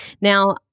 Now